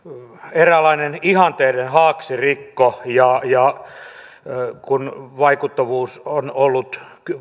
eräänlainen ihanteiden haaksirikko kun vaikuttavuus on ollut